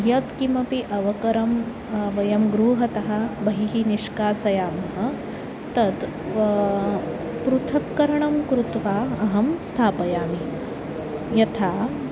यत्किमपि अवकरं वयं गृहतः बहिः निष्कासयामः तत् वा पृथक्करणं कृत्वा अहं स्थापयामि यथा